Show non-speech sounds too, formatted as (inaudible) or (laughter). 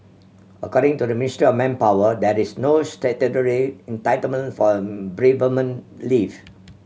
according to the Ministry of Manpower that is no statutory entitlement for (unintelligible) bereavement leave